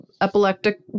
epileptic